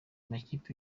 makipe